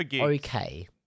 okay